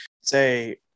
say